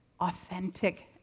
authentic